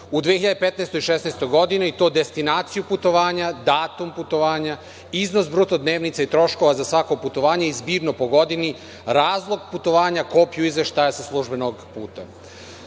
u 2015. i 2016. godini. I to destinaciju putovanja, datum putovanja, iznos bruto dnevnica i troškova za svako putovanje i zbirno po godini, razlog putovanja, kopiju izveštaja sa službenog